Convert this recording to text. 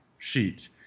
sheet